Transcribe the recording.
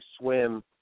swim